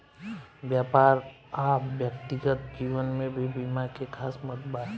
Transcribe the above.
व्यापार आ व्यक्तिगत जीवन में भी बीमा के खास महत्व बा